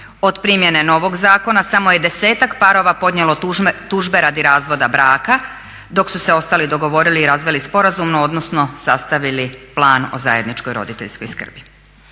Od primjene novog zakona samo je 10-ak parova podnijelo tužbe radi razvoda braka, dok su se ostali dogovorili i razveli sporazumno odnosno sastavili plan o zajedničkoj roditeljskoj skrbi.